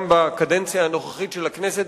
גם בקדנציה הנוכחית של הכנסת,